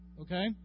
Okay